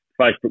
Facebook